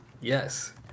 yes